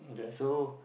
so